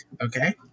Okay